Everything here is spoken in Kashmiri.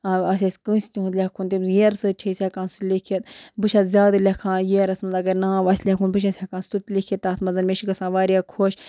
آسہِ اَسہِ کٲنٛسہِ تِہُنٛد لیکھُن تٔمِس ییرٕ سۭتۍ چھِ أسۍ ہٮ۪کان سُہ لیکھِتھ بہٕ چھَس زیادٕ لیٚکھان ییرَس منٛز اَگَر ناو آسہِ لیٚکھُن بہٕ چھَس ہٮ۪کان سُہ تہِ لیکھِتھ تَتھ منٛز مےٚ چھُ گژھان وارِیاہ خۄش